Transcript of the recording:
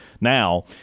Now